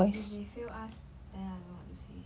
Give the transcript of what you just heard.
if they fail us then I don't know what to say